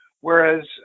Whereas